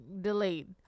delayed